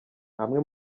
amwe